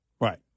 Right